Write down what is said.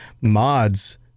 mods